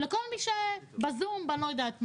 לכל מי שבזום ובלא יודעת מה.